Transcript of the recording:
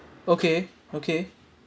okay okay